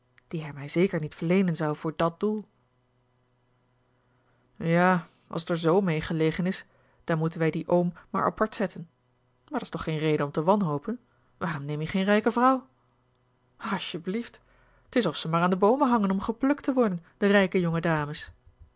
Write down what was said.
die hij mij zeker niet verleenen zou voor dàt doel ja als t er z mee gelegen is dan moeten wij dien oom a l g bosboom-toussaint langs een omweg maar apart zetten maar dat's nog geen reden om te wanhopen waarom neem je geen rijke vrouw asjeblieft t is of ze maar aan de boomen hangen om geplukt te worden de rijke